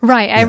Right